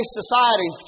society